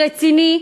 רציני,